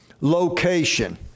location